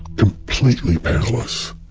completely powerless.